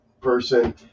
person